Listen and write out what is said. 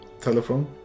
Telephone